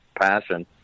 passion